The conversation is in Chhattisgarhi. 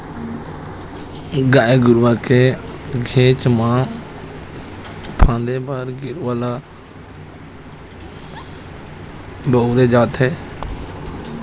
गाय गरुवा के घेंच म फांदे बर गेरवा ल बउरे जाथे